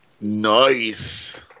Nice